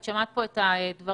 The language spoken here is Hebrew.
את שומעת את הדברים,